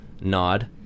nod